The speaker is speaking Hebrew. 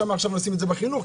עכשיו נשים את זה בחינוך,